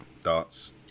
Thoughts